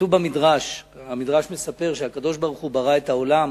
שהמדרש מספר שכשהקדוש-ברוך-הוא ברא את העולם